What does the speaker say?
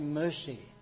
mercy